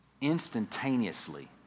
Instantaneously